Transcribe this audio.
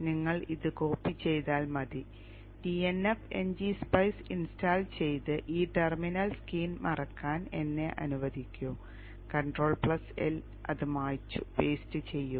നിങ്ങൾ ഇത് കോപ്പി ചെയ്താൽ മതി dnf ngSpice ഇൻസ്റ്റാൾ ചെയ്ത് ഈ ടെർമിനൽ സ്ക്രീൻ മായ്ക്കാൻ എന്നെ അനുവദിക്കൂ കൺട്രോൾ L അത് മായ്ച്ചു പേസ്റ്റ് ചെയ്യുക